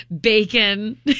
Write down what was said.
Bacon